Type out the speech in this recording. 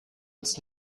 uns